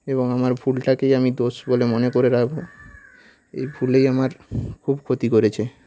এবং আমার ভুলটাকেই আমি দোষ বলে মনে করে রাখব এই ভুলেই আমার খুব ক্ষতি করেছে